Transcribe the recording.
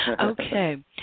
Okay